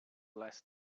less